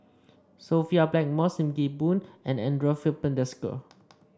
Sophia Blackmore Sim Kee Boon and Andre Filipe Desker